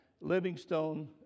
Livingstone